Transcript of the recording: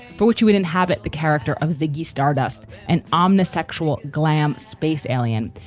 for which you would inhabit the character of ziggy stardust and omnes actual glam space alien,